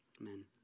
Amen